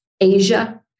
Asia